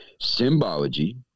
symbology